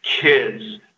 kids